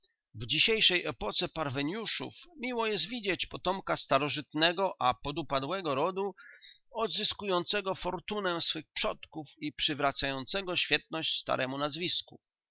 dzisiejszej epoce parweniuszów miło jest widzieć potomka starożytnego a podupadłego rodu odzyskującego fortunę swych przodków i przywracającego świetność staremu nazwisku